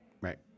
Right